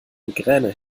migräne